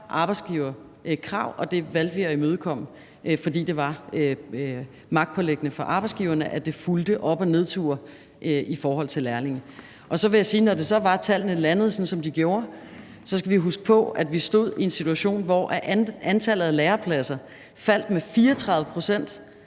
arbejdsgiverkrav, og det valgte vi at imødekomme, fordi det var magtpåliggende for arbejdsgiverne, at det fulgte op- og nedture i forhold til lærlinge. Så vil jeg sige, at når det så var, at tallene landede sådan, som de gjorde, skal vi huske på, at vi stod i en situation, hvor antallet af lærepladser faldt med 34 pct.